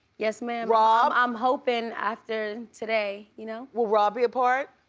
yes ma'am. rob? i'm hoping after today, you know. will rob be apart?